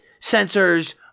sensors